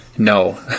no